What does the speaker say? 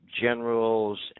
generals